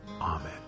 Amen